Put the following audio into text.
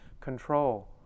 control